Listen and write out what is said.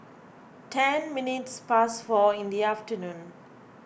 ten minutes past four in the afternoon